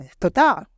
Total